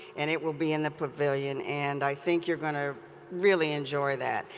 and it will be in the pavilion, and i think you're going to really enjoy that.